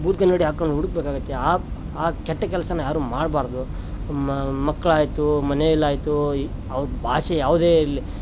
ಭೂತ್ ಕನ್ನಡಿ ಹಾಕೊಂಡು ಹುಡುಕ ಬೇಕಾಗುತ್ತೆ ಆ ಆ ಕೆಟ್ಟ ಕೆಲಸನ ಯಾರು ಮಾಡಬಾರದು ಮಕ್ಳಾಯಿತು ಮನೆಯಲ್ಲಾಯಿತು ಈ ಅವ್ರ ಭಾಷೆ ಯಾವುದೇ ಇರಲಿ